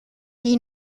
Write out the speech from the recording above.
die